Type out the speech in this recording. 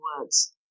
words